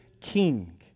king